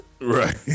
Right